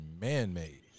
man-made